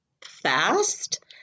fast